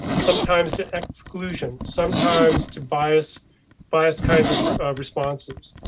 sometimes to exclusion. sometimes to bias biased kinds of responses.